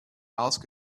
ask